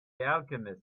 alchemist